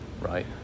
right